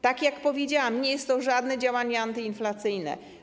Tak jak powiedziałam, nie jest to żadne działanie antyinflacyjne.